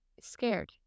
scared